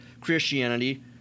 Christianity